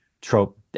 trope